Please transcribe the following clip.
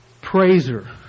praiser